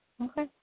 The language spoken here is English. Okay